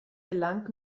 gelang